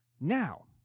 Now